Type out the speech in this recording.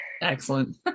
Excellent